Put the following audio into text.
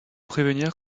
prévenir